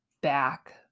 back